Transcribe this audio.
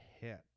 hit